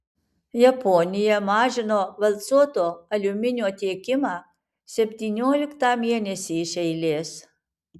japonija mažino valcuoto aliuminio tiekimą septynioliktą mėnesį iš eilės